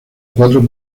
cuatro